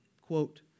quote